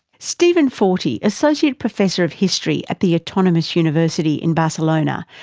steven forti, associate professor of history at the autonomous university in barcelona,